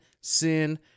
sin